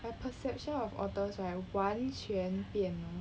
my perception of otters right 完全变了